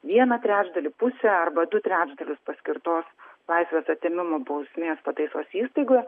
vieną trečdalį pusę arba du trečdalius paskirtos laisvės atėmimo bausmės pataisos įstaigoje